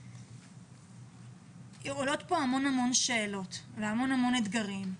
עולות פה המון שאלות והמון אתגרים,